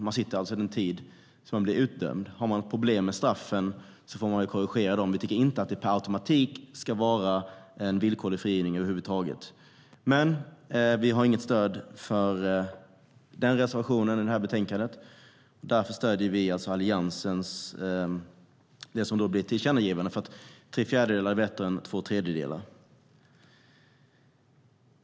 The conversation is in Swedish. Man sitter alltså av den tid man har blivit utdömd. Om det anses vara ett problem med strafftiderna får de väl korrigeras, men vi tycker inte att det per automatik ska finnas en villkorlig frigivning över huvud taget. Men vi får inte stöd för den reservationen i det här betänkandet, och därför stöder vi Alliansens förslag, som blir tillkännagivandet. Tre fjärdedelar är bättre än två tredjedelar.